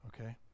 Okay